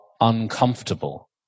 uncomfortable